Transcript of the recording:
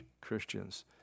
Christians